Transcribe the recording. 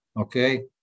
okay